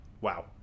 wow